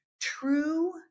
True